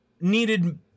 needed